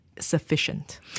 Sufficient